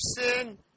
sin